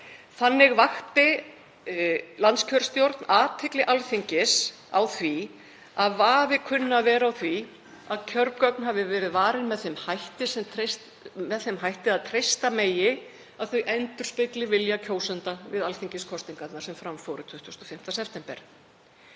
Þannig vakti landskjörstjórn athygli Alþingis á því að vafi kunni að vera á því að kjörgögn hafi verið varin með þeim hætti að treysta megi að þau endurspegli vilja kjósenda við alþingiskosningarnar sem fram fóru 25. september.